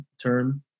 term